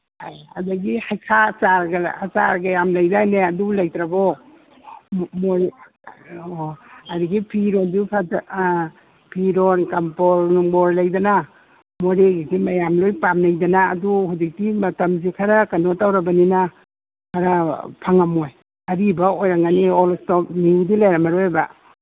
ꯑꯗꯒꯤ ꯍꯩꯈꯥ ꯑꯆꯥꯔꯒ ꯌꯥꯝ ꯂꯩꯗꯥꯏꯅꯦ ꯑꯗꯨ ꯂꯩꯇ꯭ꯔꯕꯣ ꯑꯣ ꯑꯣ ꯑꯗꯒꯤ ꯐꯤꯔꯣꯟꯁꯨ ꯐꯖ ꯑꯥ ꯐꯤꯔꯣꯟ ꯀꯝꯄꯣꯔ ꯅꯨꯡꯕꯣꯔ ꯂꯩꯗꯅ ꯃꯣꯔꯦꯒꯤꯗꯤ ꯃꯌꯥꯝ ꯂꯣꯏ ꯄꯥꯝꯅꯩꯗꯅ ꯑꯗꯨ ꯍꯧꯖꯤꯛꯇꯤ ꯃꯇꯝꯁꯦ ꯈꯔ ꯀꯩꯅꯣ ꯇꯧꯔꯕꯅꯤꯅ ꯈꯔ ꯐꯪꯉꯝꯃꯣꯏ ꯑꯔꯤꯕ ꯑꯣꯏꯔꯝꯒꯅꯤ ꯑꯣꯜ ꯏꯁꯇꯣꯛ ꯅ꯭ꯌꯨꯗꯤ ꯂꯩꯔꯝꯃꯔꯣꯏꯕ